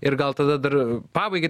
ir gal tada dar pabaigai